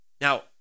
Now